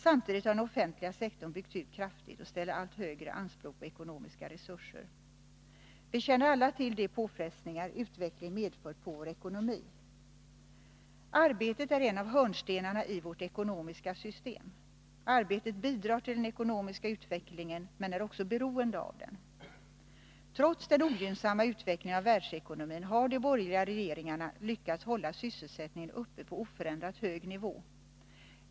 Samtidigt har den offentliga sektorn byggts ut kraftigt och ställer allt högre anspråk på ekonomiska resurser. Vi känner alla till de påfrestningar utvecklingen medfört på vår ekonomi. Arbetet är en av hörnstenarna i vårt ekonomiska system. Arbetet bidrar till den ekonomiska utvecklingen men är också beroende av den. Trots den ogynnsamma utvecklingen av världsekonomin har de borgerliga regeringarna lyckats hålla sysselsättningen uppe på oförändrat hög nivå.